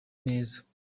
neza